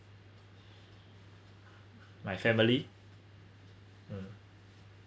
my family mm